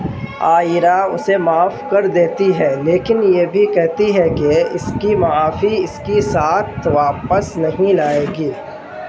عائرہ اسے معاف کر دیتی ہے لیکن یہ بھی کہتی ہے کہ اس کی معافی اس کی ساتھ واپس نہیں لائے گی